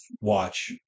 watch